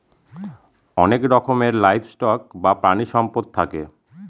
অনেক রকমের livestock বা প্রানীসম্পদ থাকে